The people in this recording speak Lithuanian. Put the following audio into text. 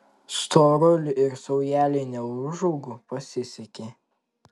storuliui ir saujelei neūžaugų pasisekė